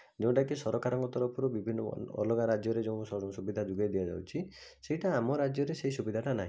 ଯେଉଁଟାକି ସରକାରଙ୍କ ତରଫରୁ ବିଭିନ୍ନ ଅଲଗା ରାଜ୍ୟରେ ଯେଉଁ ସୁବିଧା ଯୁଗେଇ ଦିଆଯାଉଛି ସେଇଟା ଆମ ରାଜ୍ୟରେ ସେଇ ସୁବିଧାଟା ନାଇଁ